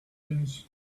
things